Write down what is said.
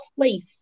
place